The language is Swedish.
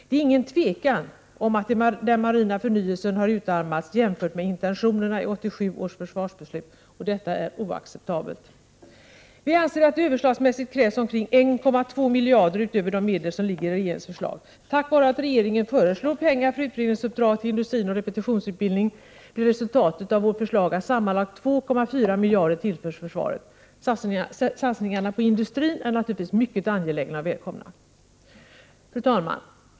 Det är inget tvivel om att den marina förnyelsen har utarmats jämfört med intentionerna i 1987 års försvarsbeslut, och detta är oacceptabelt. Vi anser att det överslagsmässigt krävs omkring 1,2 miljarder kronor utöver de medel som ligger i regeringens förslag. Tack vare att regeringen föreslår pengar för utredningsuppdrag till industrin och repetitionsutbildning blir resultatet av vårt förslag att sammanlagt 2,4 miljarder kronor tillförs försvaret. Satsningarna på industrin är naturligtvis mycket angelägna och välkomna. Fru talman!